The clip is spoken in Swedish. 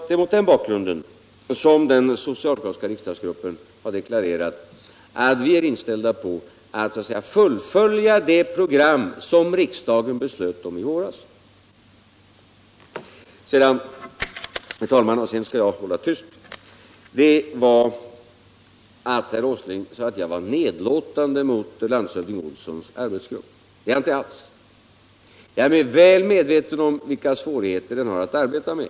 Det är mot den bakgrunden som den socialdemokratiska riksdagsgruppen har deklarerat att vi är inställda på att fullfölja det program som riksdagen fattade beslut om i våras. Till sist — och sedan skall jag hålla tyst, herr talman — sade herr Åsling att jag var nedlåtande mot landshövding Olssons arbetsgrupp. Det är jag inte alls. Jag är väl medveten om vilka svårigheter den har att arbeta mot.